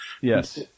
Yes